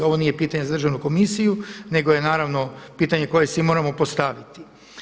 Ovo nije pitanje za Državnu komisije nego je naravno pitanje koje si moramo postaviti.